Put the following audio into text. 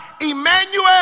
Emmanuel